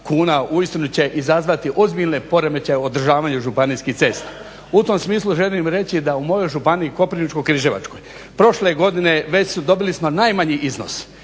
kuna uistinu će izazvati ozbiljne poremećaje održavanja županijskih cesta. U tom smislu želim reći da u mojoj županiji Koprivničko-križevačkoj prošle godine već su, dobili smo najmanji iznos.